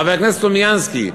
חבר הכנסת סלומינסקי,